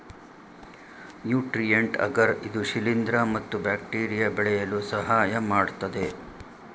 nutrient agar ಇದು ಶಿಲಿಂದ್ರ ಮತ್ತು ಬ್ಯಾಕ್ಟೀರಿಯಾ ಬೆಳೆಯಲು ಸಹಾಯಮಾಡತ್ತದೆ